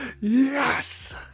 Yes